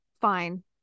fine